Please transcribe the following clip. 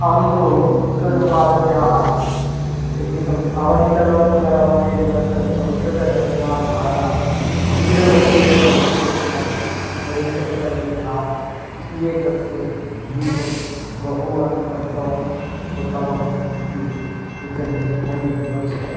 अहं तु संस्कृततभारत्याः गीतम् अवनितलं पुनरवतीर्णा स्यात् संस्कृतगङ्गाधारा धीरभगीरथ वंशोऽस्माकं वयं तु कृतनिर्धारा एतत्तु गीतं बहु वारं पठितवान् सृतवान् अपि एतत् मह्यं रोचते